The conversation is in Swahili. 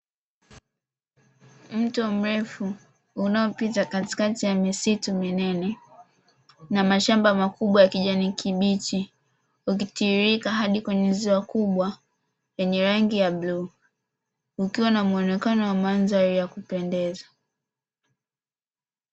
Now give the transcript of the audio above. Mto mrefu unaopita katikati ya misitu minene na mashamba makubwa ya kijani kibichi ukitiririka hadi kwenye ziwa kubwa lenye rangi ya bluu, ukiwa na muonekano wa mandhari ya kupendeza.